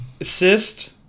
Assist